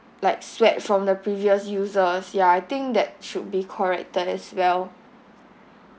like sweat from the previous users ya I think that should be corrected as well